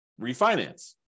refinance